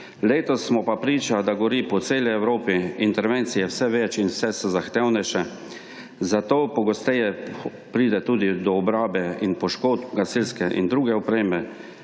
Letos smo pa priča, da gori po celi Evropi. Intervencij je vse več in vse so zahtevnejše, zato pogosteje pride do obrabe in poškodb gasilske in druge opreme.